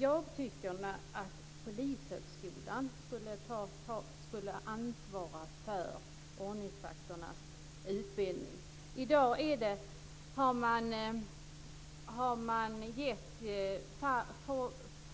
Jag tycker att Polishögskolan skulle ansvara för ordningsvakternas utbildning. I dag har man gett